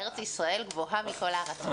ארץ ישראל גבוהה מכל הארצות.